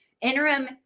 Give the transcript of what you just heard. interim